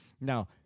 Now